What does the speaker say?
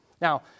Now